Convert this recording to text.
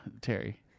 Terry